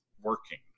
working